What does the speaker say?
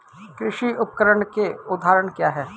कृषि उपकरण के उदाहरण क्या हैं?